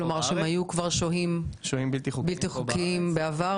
כלומר הם היו שוהים בלתי חוקיים בעבר